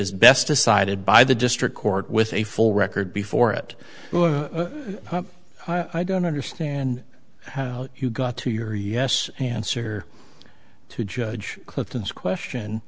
is best decided by the district court with a full record before it i don't understand how you got to your yes answer to judge clinton's question